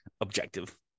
objective